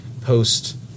post